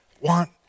want